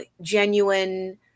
genuine